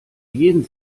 jeden